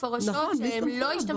היא לא נשארת.